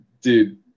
Dude